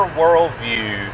worldview